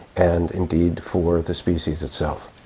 and indeed for the species itself.